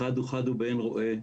אחד אחד ובאין רואה,